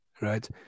right